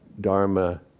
dharma